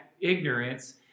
ignorance